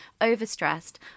over-stressed